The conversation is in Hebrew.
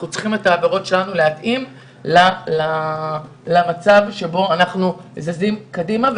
אנחנו צריכים את העבירות שלנו להתאים למצב שבו אנחנו זזים קדימה,